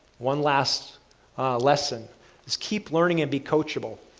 one last lesson is keep learning and be coachable.